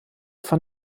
von